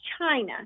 china